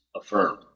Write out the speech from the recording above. affirmed